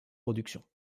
productions